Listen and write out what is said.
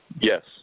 Yes